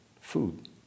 food